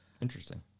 Interesting